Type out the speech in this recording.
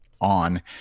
on